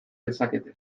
dezakete